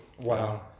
Wow